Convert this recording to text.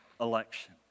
election